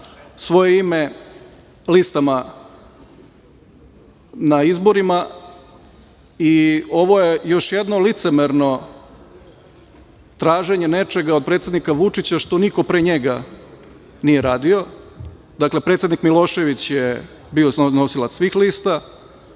svoje ime listama na izborima i ovo je još jedno licemerno traženje nečega od predsednika Vučića, što niko pre njega nije radio. Dakle, predsednik Milošević je bio nosilac svih lista,